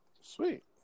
Sweet